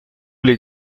les